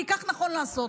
כי כך נכון לעשות.